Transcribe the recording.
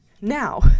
now